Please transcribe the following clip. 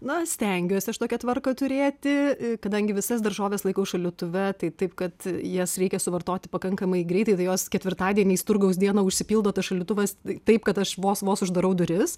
na stengiuosi aš tokia tvarką turėti kadangi visas daržoves laikau šaldytuve tai taip kad jas reikia suvartoti pakankamai greitai tai jos ketvirtadieniais turgaus dieną užsipildo tas šaldytuvas taip kad aš vos vos uždarau duris